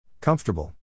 Comfortable